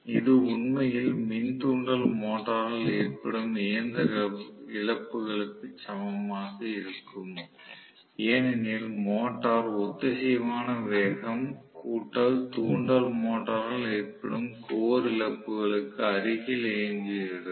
இது உண்மையில் மின் தூண்டல் மோட்டாரால் ஏற்படும் இயந்திர இழப்புகளுக்கு சமமாக இருக்கும் ஏனெனில் மோட்டார் ஒத்திசைவான வேகம் கூட்டல் தூண்டல் மோட்டாரால் ஏற்படும் கோர் இழப்புகளுக்கு அருகில் இயங்குகிறது